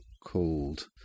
called